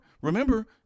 remember